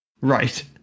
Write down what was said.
right